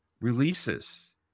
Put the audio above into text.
releases